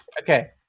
okay